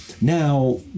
now